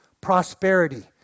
prosperity